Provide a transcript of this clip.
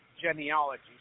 genealogy